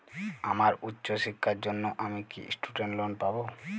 আমার উচ্চ শিক্ষার জন্য আমি কি স্টুডেন্ট লোন পাবো